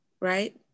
right